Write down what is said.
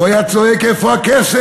הוא היה צועק: איפה הכסף?